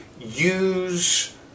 use